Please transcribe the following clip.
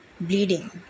bleeding